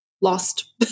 lost